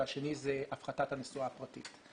והשני הוא הפחתת הנסועה הפרטית.